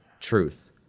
truth